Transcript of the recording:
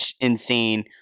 insane